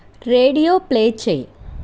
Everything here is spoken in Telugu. రేడియో ప్లే చెయ్